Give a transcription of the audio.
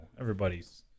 Everybody's